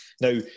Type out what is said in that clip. Now